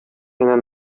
менен